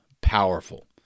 powerful